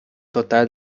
total